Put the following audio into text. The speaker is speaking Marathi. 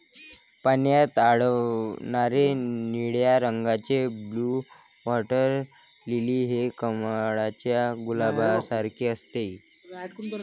पाण्यात आढळणारे निळ्या रंगाचे ब्लू वॉटर लिली हे कमळाच्या फुलासारखे असते